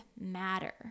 matter